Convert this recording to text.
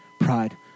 pride